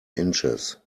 inches